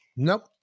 Nope